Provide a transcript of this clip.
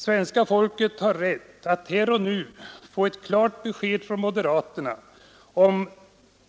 Svenska folket har rätt att här och nu få ett klart besked från moderaterna om